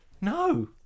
No